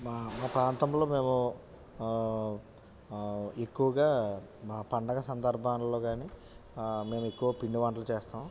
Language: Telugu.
మ మా ప్రాంతంలో మేము ఎక్కువగా మా పండగ సందర్భంలో కాని మేము ఎక్కువ పిండి వంటలు చేస్తాము